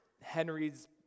Henry's